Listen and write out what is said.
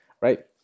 right